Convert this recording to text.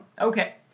Okay